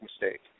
mistake